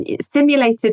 simulated